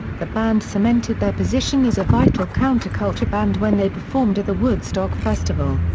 the band cemented their position as a vital counterculture band when they performed at the woodstock festival.